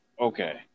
Okay